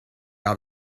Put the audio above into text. out